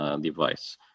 device